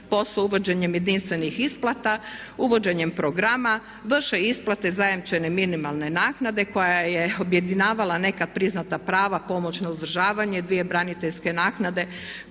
posao uvođenjem jedinstvenih isplata, uvođenjem programa, vrše isplate zajamčene minimalne naknade koja je objedinjavala neka priznata prava, pomoć na uzdržavanje, dvije braniteljske naknade